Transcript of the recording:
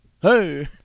Hey